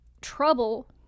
trouble